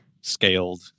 scaled